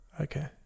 Okay